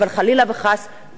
אבל חלילה וחס,